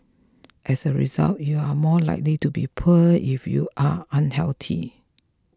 as a result you are more likely to be poor if you are unhealthy